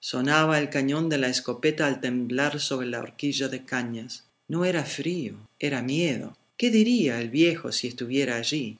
sonaba el cañón de la escopeta al temblar sobre la horquilla de cañas no era frío era miedo qué diría el viejo si estuviera allí